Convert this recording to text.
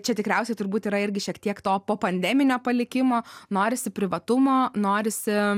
čia tikriausiai turbūt yra irgi šiek tiek to po pandeminio palikimo norisi privatumo norisi